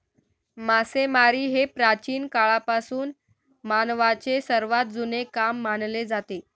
मासेमारी हे प्राचीन काळापासून मानवाचे सर्वात जुने काम मानले जाते